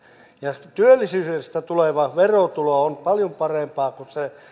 ja työllisyydestä tuleva verotulo on paljon parempaa kuin se